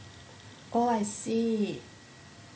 oh I see